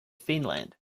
finland